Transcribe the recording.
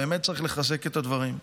באמת צריך לחזק את הדברים.